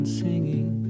singing